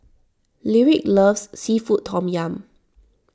Lyric loves Seafood Tom Yum